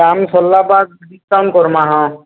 କାମ ସରିଲା ବାଦ କି କାମ କରିବା ହଁ